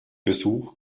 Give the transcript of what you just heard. besuch